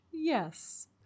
yes